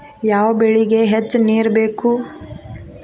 ಯಾವ ಬೆಳಿಗೆ ಹೆಚ್ಚು ನೇರು ಬೇಕು?